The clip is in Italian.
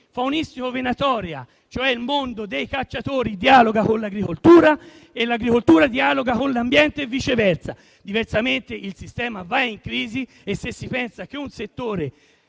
faunistico-venatorio (cioè il mondo dei cacciatori) dialoga con l'agricoltura e l'agricoltura dialoga con l'ambiente e viceversa. Diversamente, il sistema va in crisi. E se si pensa che un settore